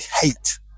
hate